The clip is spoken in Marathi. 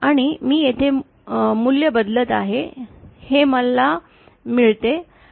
आणि मी येथे हे मूल्य बदलत आहे जे मला मिळते